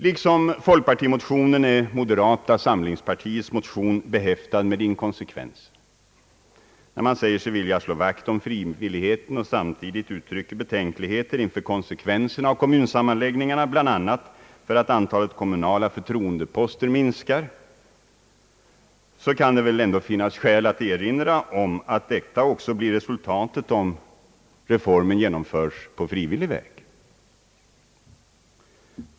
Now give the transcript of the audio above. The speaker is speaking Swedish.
Liksom folkpartimotionen är moderata samlingspartiets motion behäftad med inkonsekvenser. Man säger sig vilja slå vakt om frivilligheten och uttrycker samtidigt betänkligheter inför konsekvenserna av kommunsammanläggningarna. Bland annat befarar man att antalet kommunala förtroendeposter skulle komma att minska. Då kan det emellertid finnas skäl erinra om att detta också blir resultatet, om reformen genomföres på frivillig väg.